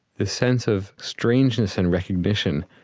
the sense of strangeness and recognition.